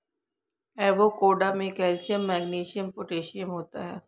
avocado में calcium magnesium potassium होता है